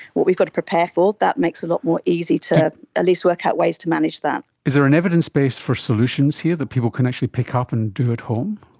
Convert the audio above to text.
what we've got to prepare for, that makes it a lot more easy to at least work out ways to manage that. is there an evidence base for solutions here that people can actually pick up and do at home?